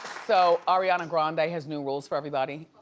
so ariana grande has new rules for everybody.